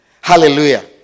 Hallelujah